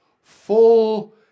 full